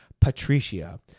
Patricia